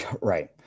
Right